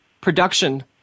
production